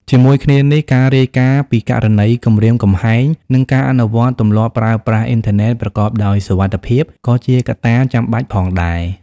ជាមួយគ្នានេះ ការរាយការណ៍ពីករណីគំរាមកំហែង និងការអនុវត្តទម្លាប់ប្រើប្រាស់អ៊ីនធឺណិតប្រកបដោយសុវត្ថិភាព ក៏ជាកត្តាចាំបាច់ផងដែរ។